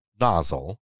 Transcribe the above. nozzle